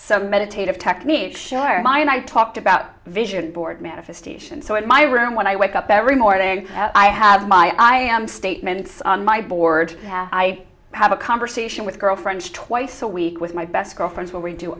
some meditative techniques sure mind i talked about vision board manifestation so in my room when i wake up every morning i have my am statements on my board i have a conversation with girlfriends twice a week with my best girlfriends what we do